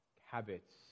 habits